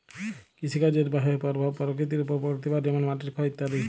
কৃষিকাজের বাহয়ে পরভাব পরকৃতির ওপর পড়তে পারে যেমল মাটির ক্ষয় ইত্যাদি